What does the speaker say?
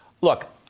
Look